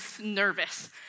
nervous